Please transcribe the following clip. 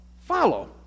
Follow